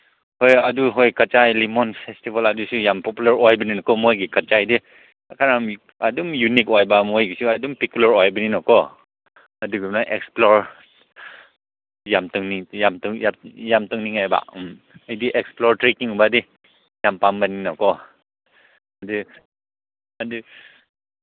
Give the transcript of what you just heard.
ꯍꯣꯏ ꯑꯗꯨ ꯍꯣꯏ ꯀꯆꯥꯏ ꯂꯤꯃꯣꯟ ꯐꯦꯁꯇꯤꯚꯦꯜ ꯑꯗꯨꯁꯨ ꯌꯥꯝ ꯄꯣꯄꯨꯂꯔ ꯑꯣꯏꯕꯅꯤꯅꯀꯣ ꯃꯣꯏꯒꯤ ꯀꯆꯥꯏꯗꯤ ꯈꯔ ꯑꯗꯨꯝ ꯌꯨꯅꯤꯛ ꯑꯣꯏꯕ ꯃꯣꯏꯒꯤꯁꯨ ꯑꯗꯨꯝ ꯄꯤꯀꯨꯂꯔ ꯑꯣꯏꯕꯅꯤꯅꯀꯣ ꯑꯗꯨꯗꯨꯅ ꯑꯦꯛꯁꯄ꯭ꯂꯣꯔ ꯌꯥꯝ ꯌꯥꯝ ꯌꯥꯝ ꯌꯥꯝ ꯇꯧꯅꯤꯡꯕꯉꯦꯕ ꯎꯝ ꯑꯩꯗꯤ ꯑꯦꯛꯁꯄ꯭ꯂꯣꯔ ꯇ꯭ꯔꯦꯛꯀꯤꯡꯒꯨꯝꯕꯗꯤ ꯌꯥꯝ ꯄꯥꯝꯕꯅꯤꯅꯀꯣ ꯑꯗꯨ ꯑꯗꯨ